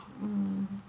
mm